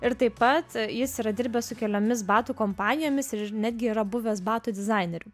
ir taip pat jis yra dirbęs su keliomis batų kompanijomis ir netgi yra buvęs batų dizaineriu